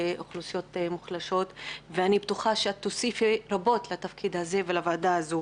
אני בטוחה שתוסיפי רבות לוועדה זו.